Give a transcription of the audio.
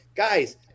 Guys